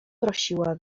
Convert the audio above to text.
prosiła